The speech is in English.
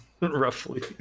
roughly